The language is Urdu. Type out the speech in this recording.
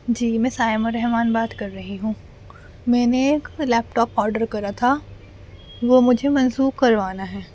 جی میں صائمہ رحمٰن بات کر رہی ہوں میں نے ایک لیپٹاپ آڈر کرا تھا وہ مجھے منسوخ کروانا ہے